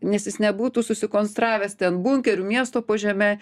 nes jis nebūtų susikonstravęs ten bunkerių miesto po žeme